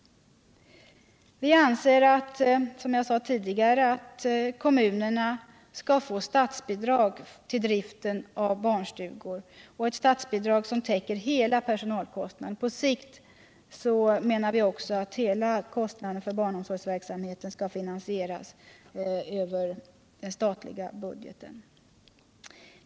Vi anser som jag tidigare sade att kommunerna skall få statsbidrag till driften av barnstugorna. Det skall vara ett statsbidrag som täcker hela personalkostnaden. Vi anser också att på sikt hela kostnaden för barnomsorgsverksamheten skall finansieras över den statliga budgeten.